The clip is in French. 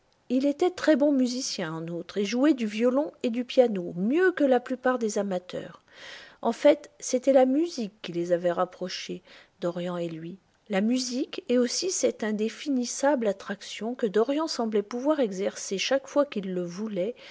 il était très bon musicien en outre et jouait du violon et du piano mieux que la plupart des amateurs en fait c'était la musique qui les avait rapprochés dorian et lui la musique et aussi cette indéfinissable attraction que dorian semblait pouvoir exercer chaque fois qu'il le voulait